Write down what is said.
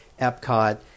Epcot